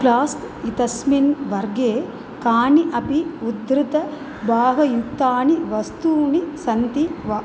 flask इत्यस्मिन् वर्गे कानि अपि उद्धृतभागयुक्तानि वस्तूनि सन्ति वा